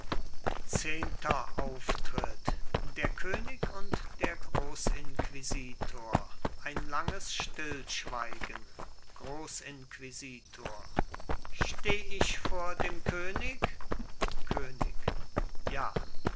zehnter auftritt der könig und der großinquisitor ein langes stillschweigen grossinquisitor steh ich vor dem könig könig ja